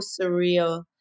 surreal